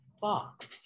fuck